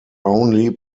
only